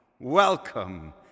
welcome